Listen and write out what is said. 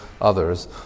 others